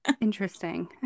Interesting